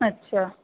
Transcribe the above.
अछा